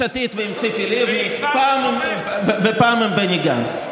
פעם עם יש עתיד ועם ציפי לבני ופעם עם בני גנץ.